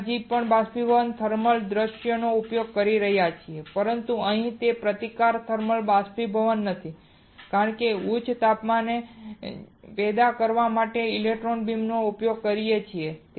આપણે હજી પણ બાષ્પીભવન થર્મલ દૃશ્ય નો ઉપયોગ કરી રહ્યા છીએ પરંતુ અહીં તે પ્રતિકારક થર્મલ બાષ્પીભવન નથી આપણે ઉચ્ચ તાપમાન પેદા કરવા માટે ઇલેક્ટ્રોન બીમનો ઉપયોગ કરી રહ્યા છીએ